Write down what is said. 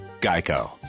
geico